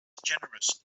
generous